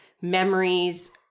memories